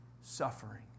suffering